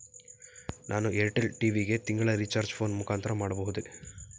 ನಾನು ಏರ್ಟೆಲ್ ಟಿ.ವಿ ಗೆ ತಿಂಗಳ ರಿಚಾರ್ಜ್ ಫೋನ್ ಮುಖಾಂತರ ಮಾಡಬಹುದೇ?